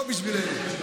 ולא בשבילנו,